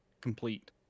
complete